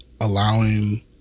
allowing